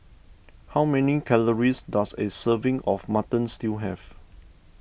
how many calories does a serving of Mutton Stew have